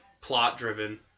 plot-driven